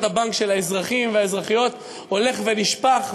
הבנק של האזרחים והאזרחיות הולך ונשפך,